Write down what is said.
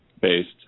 based